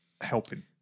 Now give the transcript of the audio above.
helping